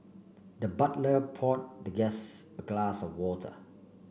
the butler poured the guest a glass of water